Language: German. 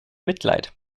mitleid